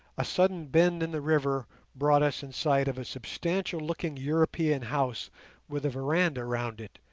a sudden bend in the river brought us in sight of a substantial-looking european house with a veranda round it,